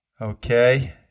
Okay